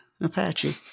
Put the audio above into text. apache